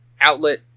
outlet